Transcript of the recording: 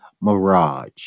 Mirage